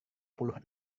puluh